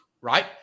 right